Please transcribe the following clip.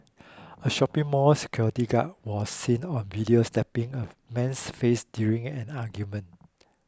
a shopping mall security guard was seen on video slapping a man's face during an argument